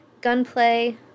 gunplay